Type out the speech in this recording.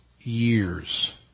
years